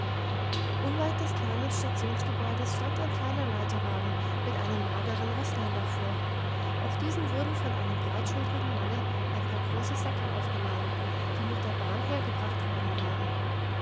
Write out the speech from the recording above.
unweit des kleinen stationsgebäudes stand ein kleiner leiterwagen mit einem mageren rösslein davor auf diesen wurden von einem breitschultrigen manne ein paar große säcke aufgeladen die mit der bahn hergebracht worden waren